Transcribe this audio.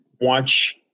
watch